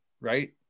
right